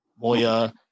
Moya